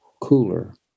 cooler